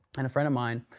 and a friend of mine,